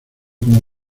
como